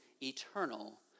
eternal